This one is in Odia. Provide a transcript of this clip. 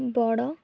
ବଡ଼